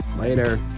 Later